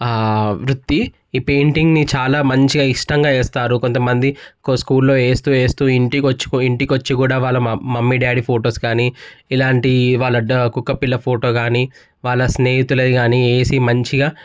వృత్తి ఈ పెయింటింగ్ని చాలా మంచిగా ఇష్టంగా వేస్తారు కొంతమంది స్కూల్లో ఏస్తూ వేస్తూ ఇంటికొచ్చి కూడా వాళ్ళ మమ్మీ డాడీ ఫోటోస్ కానీ ఇలాంటి వాళ్ల డాగ్ కుక్కపిల్ల ఫోటోస్ కానీ వాళ్ల స్నేహితులవి గానీ వేసీ మంచిగా